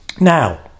Now